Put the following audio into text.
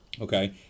okay